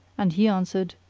and he answered,